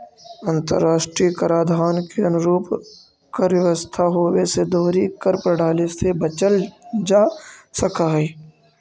अंतर्राष्ट्रीय कराधान के अनुरूप कर व्यवस्था होवे से दोहरी कर प्रणाली से बचल जा सकऽ हई